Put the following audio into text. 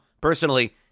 Personally